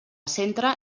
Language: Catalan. centre